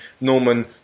Norman